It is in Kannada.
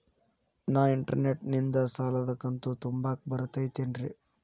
ನಾ ಇಂಟರ್ನೆಟ್ ನಿಂದ ಸಾಲದ ಕಂತು ತುಂಬಾಕ್ ಬರತೈತೇನ್ರೇ?